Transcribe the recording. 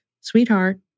sweetheart